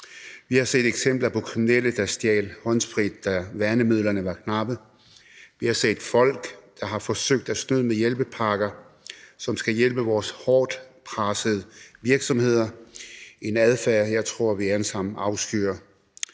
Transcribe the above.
Vi har set eksempler på kriminelle, der stjal håndsprit, da værnemidlerne var knappe; vi har set folk, der har forsøgt at snyde med hjælpepakker, som skal hjælpe vores hårdt pressede virksomheder – en adfærd, jeg tror vi alle sammen afskyr.